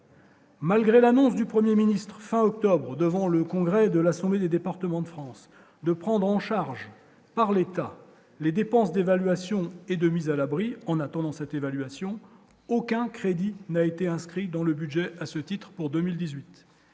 Malgré l'annonce du 1er ministre fin octobre devant le congrès de l'Assemblée des départements de France, de prendre en charge par l'État, les dépenses d'évaluation et de mise à l'abri en attendant cette évaluation, aucun crédit n'a été inscrite dans le budget, à ce titre pour 2018,